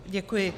Děkuji.